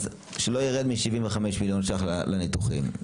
שלא יירד מ-75 מיליון ₪ לניתוחים.